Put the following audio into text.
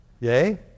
Yay